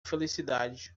felicidade